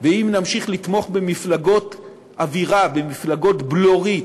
ואם נמשיך לתמוך במפלגות אווירה, במפלגות בלורית,